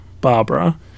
barbara